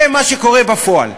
זה מה שקורה בפועל.